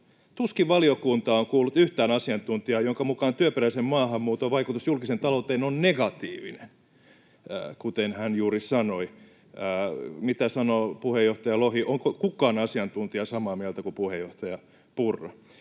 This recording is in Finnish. Tuskin valiokunta on kuullut yhtään asiantuntijaa, jonka mukaan työperäisen maahanmuuton vaikutus julkiseen talouteen on negatiivinen, kuten hän juuri sanoi. Mitä sanoo puheenjohtaja Lohi, onko kukaan asiantuntija samaa mieltä kuin puheenjohtaja Purra?